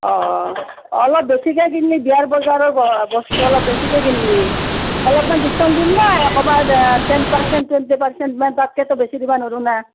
অঁ অলপ বেছিকৈ কিনলি বিয়াৰ ব বজাৰৰ বস্তু অলপ বেছিকৈ কিনলি অলপমান ডিছকাউণ্ট দিম দে ক'ৰবাত টেন পাৰ্চেণ্ট টুৱেণ্টি পাৰ্চেণ্ট মই তাতকৈতো বেছি দিব নোৰো না